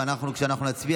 וכשאנחנו נצביע,